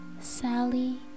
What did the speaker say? Sally